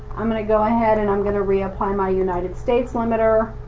i'm gonna go ahead, and i'm gonna reapply my united states limiter,